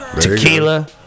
tequila